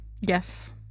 Yes